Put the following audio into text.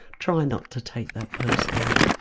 try not to take that personally.